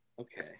Okay